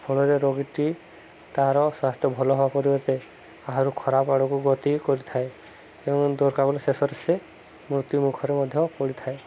ଫଳରେ ରୋଗୀଟି ତାର ସ୍ୱାସ୍ଥ୍ୟ ଭଲ ହେବା ପରିବର୍ତ୍ତେ ଆହୁରି ଖରାପ ଆଡ଼କୁ ଗତି କରିଥାଏ ଏବଂ ଦରକାର ବେଳେ ଶେଷରେ ସେ ମୃତ୍ୟୁମୁଖରେ ମଧ୍ୟ ପଡ଼ିଥାଏ